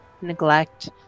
neglect